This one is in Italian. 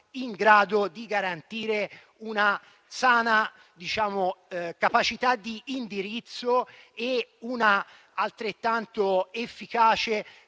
in grado di garantire una sana capacità di indirizzo e una altrettanto efficace